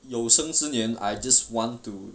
有生之年 I just want to